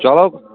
ਚਲੋ